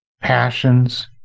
passions